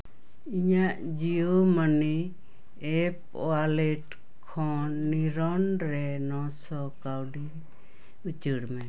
ᱤᱧᱟᱹᱜ Jio money app wallet ᱠᱷᱚᱱ ᱱᱤᱨᱚᱱ ᱨᱮ ᱱᱚ ᱥᱚ ᱠᱟᱹᱣᱰᱤ ᱩᱪᱟᱹᱲ ᱢᱮ